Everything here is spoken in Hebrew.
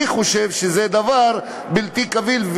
אני חושב שזה דבר בלתי קביל,